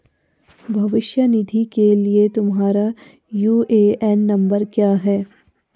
भविष्य निधि के लिए तुम्हारा यू.ए.एन नंबर क्या है?